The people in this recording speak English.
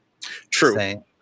True